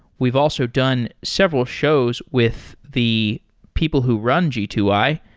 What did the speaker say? we've also done several shows with the people who run g two i,